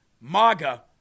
MAGA